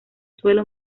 suelo